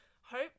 Hope